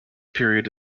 period